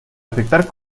detectar